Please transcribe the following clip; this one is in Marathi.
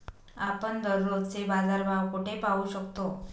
आपण दररोजचे बाजारभाव कोठे पाहू शकतो?